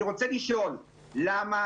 אני רוצה לשאול למה